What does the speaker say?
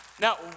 Now